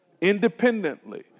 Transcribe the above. independently